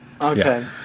Okay